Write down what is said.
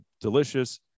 delicious